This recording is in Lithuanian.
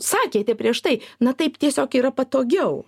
sakėte prieš tai na taip tiesiog yra patogiau